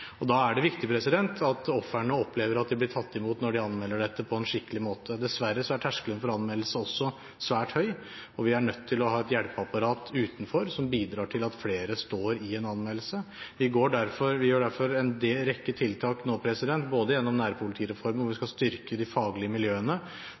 Da er det viktig at ofrene opplever at de når de anmelder dette, blir tatt imot på en skikkelig måte. Dessverre er terskelen for anmeldelse svært høy, og vi er nødt til å ha et hjelpeapparat utenfor som bidrar til at flere står i en anmeldelse. Vi gjør derfor en rekke tiltak nå gjennom nærpolitireformen, hvor vi